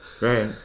Right